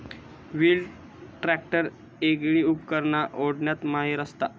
wheel tractor वेगली उपकरणा ओढण्यात माहिर असता